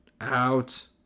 out